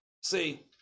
See